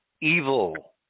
evil